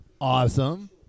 Awesome